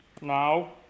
now